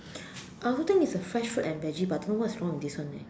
I also think it's the fresh fruit and veggie but don't know what is wrong with this one eh